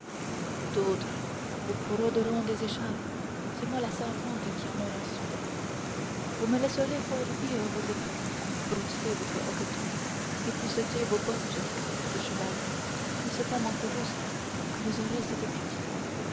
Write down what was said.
d'autres vous broderont des écharpes c'est moi la servante qui en aurai soin vous me laisserez fourbir vos éperons brosser votre hoqueton épousseter vos bottes de cheval n'est-ce pas mon phoebus que vous aurez cette